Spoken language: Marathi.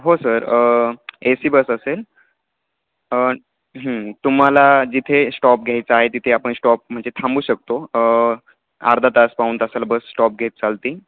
हो सर ए सी बस असेल तुम्हाला जिथे स्टॉप घ्यायचा आहे तिथे आपण स्टॉप म्हणजे थांबू शकतो अर्धा तास पाऊण तासाला बस स्टॉप घेत चालते